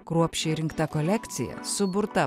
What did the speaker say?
kruopščiai rinkta kolekcija suburta